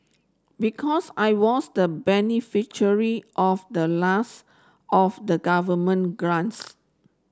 because I was the beneficiary of the last of the government grants